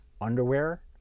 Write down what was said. underwear